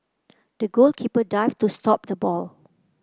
the goalkeeper dived to stop the ball